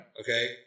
Okay